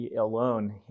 alone